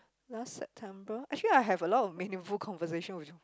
last September actually I have a lot of meaningful conversation with